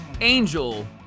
Angel